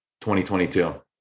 2022